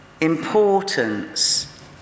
importance